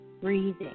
breathing